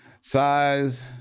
Size